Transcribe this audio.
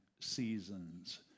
seasons